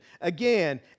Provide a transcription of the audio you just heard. Again